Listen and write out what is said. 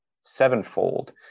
sevenfold